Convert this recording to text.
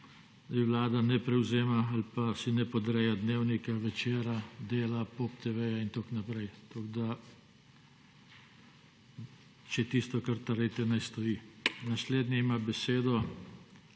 Vlada ne prevzema ali pa si ne podreja Dnevnika, Večera, Dela, POP TV-ja in tako naprej. Tako tisto, kar trdite, ne stoji. Naslednji ima besedo